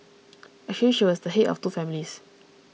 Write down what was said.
actually she was the head of two families